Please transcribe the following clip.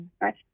Right